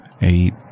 eight